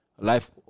Life